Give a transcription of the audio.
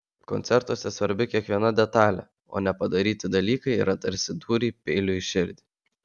koncertuose svarbi kiekviena detalė o nepadaryti dalykai yra tarsi dūriai peiliu į širdį